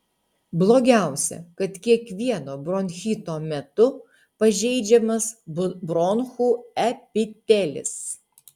blogiausia kad kiekvieno bronchito metu pažeidžiamas bronchų epitelis